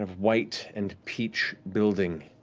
white and peach building,